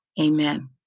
Amen